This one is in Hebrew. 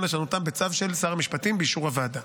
לשנותם בצו של שר המשפטים באישור הוועדה.